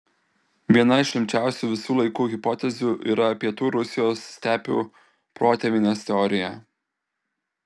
viena iš rimčiausių visų laikų hipotezių yra pietų rusijos stepių protėvynės teorija